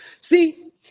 See